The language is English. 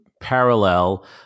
parallel